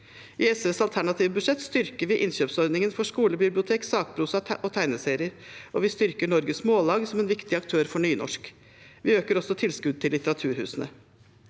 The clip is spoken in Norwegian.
I SVs alternative budsjett styrker vi innkjøpsordningene for skolebibliotek, sakprosa og tegneserier, og vi styrker Noregs Mållag som en viktig aktør for nynorsk. Vi øker også tilskuddet til litteraturhusene.